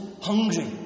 hungry